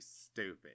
stupid